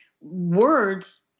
words